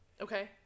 Okay